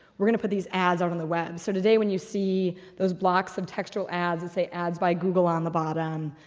we're going to put these ads out on the web. so today when you see those blocks of textual ads that and say ads by google on the bottom,